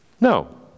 No